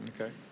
Okay